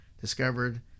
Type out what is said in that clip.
discovered